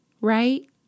right